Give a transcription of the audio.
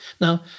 Now